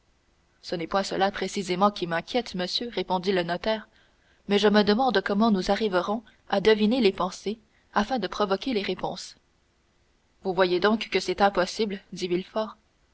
ce n'est point cela précisément qui m'inquiète monsieur répondit le notaire mais je me demande comment nous arriverons à deviner les pensées afin de provoquer les réponses vous voyez donc que c'est impossible dit